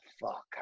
fuck